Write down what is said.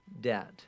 debt